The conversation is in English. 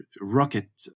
rocket